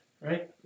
right